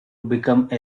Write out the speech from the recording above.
become